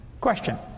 Question